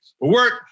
Work